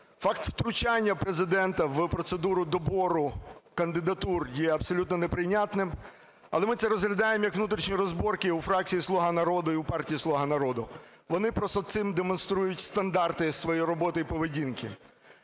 Факт втручання Президента в процедуру добору кандидатур є абсолютно неприйнятним. Але ми це розглядаємо як внутрішні розборки у фракції "Слуга народу" і у партії "Слуга народу". Вони просто цим демонструють стандарти своєї роботи і поведінки.